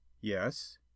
Yes